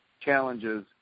challenges